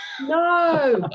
No